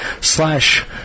slash